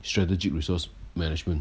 strategic resource management